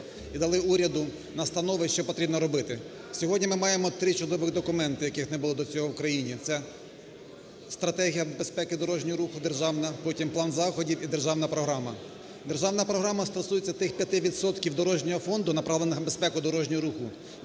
і дали уряду настанови, що потрібно робити. Сьогодні ми маємо три чудові документи, яких не було до цього в країні – це стратегія безпеки дорожнього руху, державна, потім план заходів і державна програма. Державна програма стосується тих 5 відсотків дорожнього фонду, направлених на безпеку дорожнього руху,